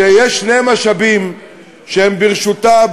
שיש שני משאבים שהם ברשותה,